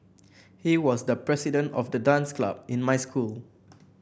he was the president of the dance club in my school